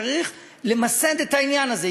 צריך למסד את העניין הזה.